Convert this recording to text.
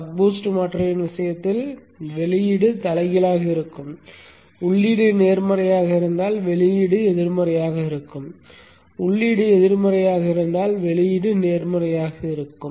buck boost மாற்றியின் விஷயத்தில் வெளியீடு தலைகீழாக இருக்கும் உள்ளீடு நேர்மறையாக இருந்தால் வெளியீடு எதிர்மறையாக இருக்கும் உள்ளீடு எதிர்மறையாக இருந்தால் வெளியீடு நேர்மறையாக இருக்கும்